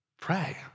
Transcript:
Pray